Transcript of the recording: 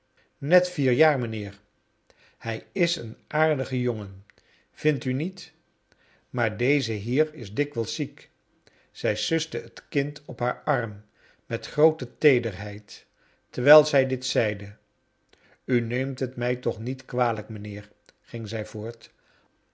net vier jaar mijnheer hij is een aardige jongen vindt u niet maar deze hier is dikwijls ziek zij suste het kind op haar arm met groote teederheid terwijl zij dit zeide u neemt het mij toch niet kwalijk mijnheer ging zij voort